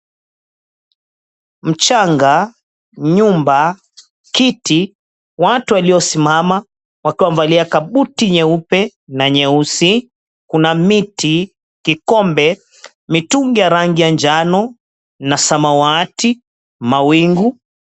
Mchanga, nyumba, kiti, watu waliosimama wakiwa wamevalia kabuti nyeupe na nyeusi. Kuna miti, kikombe, Mitungi ya rangi ya njano na samawati. Mawingu.